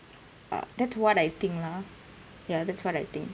uh that's what I think lah ya that's what I think